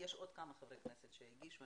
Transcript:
יש עוד כמה חברי כנסת שהגישו.